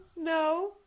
No